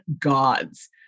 gods